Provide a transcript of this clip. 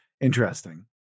Interesting